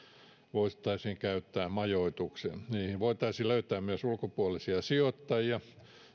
voitaisiin käyttää majoitukseen niihin voitaisiin löytää myös ulkopuolisia sijoittajia